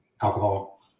Alcohol